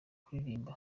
kuririmba